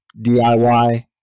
DIY